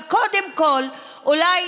אז קודם כול, אולי